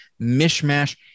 mishmash